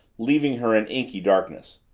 leaving her in inky darkness.